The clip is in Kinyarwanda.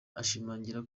ashimangira